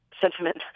sentiment